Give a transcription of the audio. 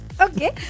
Okay